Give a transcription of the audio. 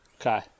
Okay